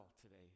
today